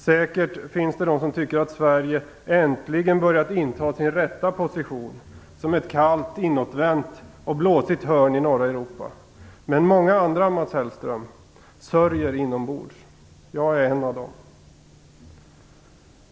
Säkert finns det de som tycker att Sverige äntligen har börjat inta sin rätta position som ett kallt, inåtvänt och blåsigt hörn i norra Europa. Men många andra, Mats Hellström, sörjer inombords. Jag är en av dem.